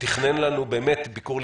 תכנן לנו ביקור,